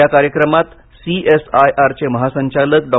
या कार्यक्रमात सीएसआयआरचे महासंचालक डॉ